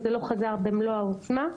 זה לא חזר במלוא העוצמה,